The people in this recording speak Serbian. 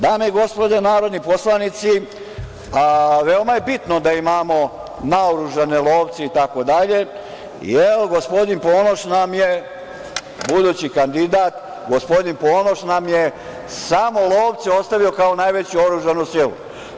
Dame i gospodo narodni poslanici, veoma je bitno da imamo naoružane lovce, jer nam je gospodin Ponoš budući kandidat, on nam je samo lovce ostavio kao najveću oružanu silu.